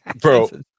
bro